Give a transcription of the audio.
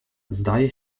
zdaje